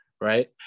right